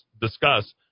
discuss